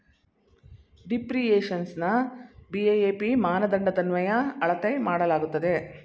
ಡಿಪ್ರಿಸಿಯೇಶನ್ನ GAAP ಮಾನದಂಡದನ್ವಯ ಅಳತೆ ಮಾಡಲಾಗುತ್ತದೆ